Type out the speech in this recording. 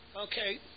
Okay